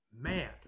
man